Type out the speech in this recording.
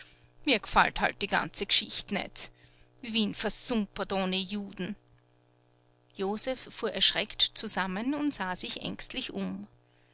mir g'fallt halt die ganze g'schicht net wien versumpert ohne juden josef fuhr erschreckt zusammen und sah sich ängstlich um